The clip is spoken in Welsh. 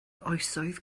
oesoedd